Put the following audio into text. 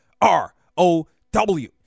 R-O-W